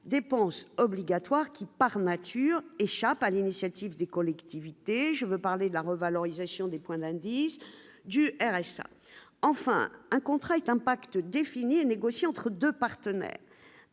dépenses obligatoires qui, par nature, échappe à l'initiative des collectivités, je veux parler de la revalorisation du point d'indice du RSA enfin un contrat est un pacte défini et négocié entre 2 partenaires